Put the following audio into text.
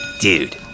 Dude